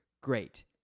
Great